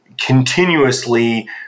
continuously